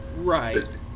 Right